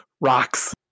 rocks